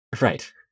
right